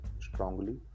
strongly